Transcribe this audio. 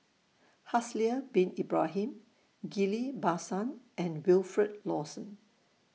Haslir Bin Ibrahim Ghillie BaSan and Wilfed Lawson